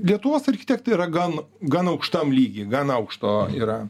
lietuvos architektai yra gan gan aukštam lygy gan aukšto yra